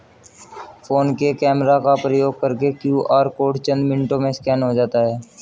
phone के camera का प्रयोग करके क्यू.आर कोड चंद मिनटों में स्कैन हो जाता है